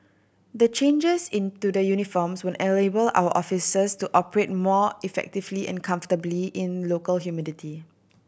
the changes into the uniforms will enable our officers to operate more effectively and comfortably in local humidity